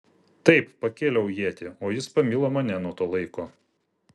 taip pakėliau ietį o jis pamilo mane nuo to laiko